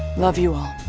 love you all.